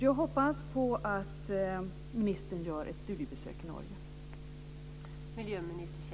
Jag hoppas på att ministern gör ett studiebesök i